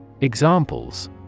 Examples